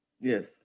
Yes